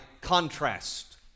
contrast